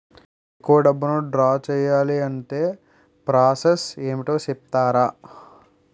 ఎక్కువ డబ్బును ద్రా చేయాలి అంటే ప్రాస సస్ ఏమిటో చెప్తారా?